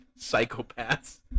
psychopaths